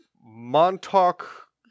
montauk